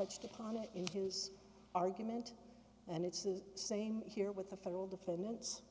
it in his argument and it's the same here with the federal defendants